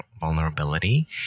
vulnerability